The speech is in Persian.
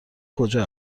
کجا